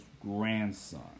grandson